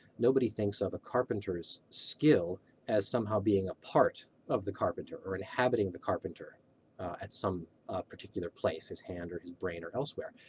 nobody thinks of a carpenter's skill as somehow being a part of the carpenter or inhabiting the carpenter at some particular place, his hand or his brain or elsewhere.